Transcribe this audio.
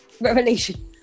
revelation